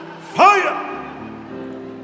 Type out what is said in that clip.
Fire